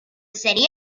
city